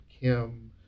Kim